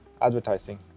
advertising